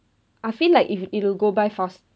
I feel like it it'll go by fast